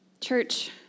Church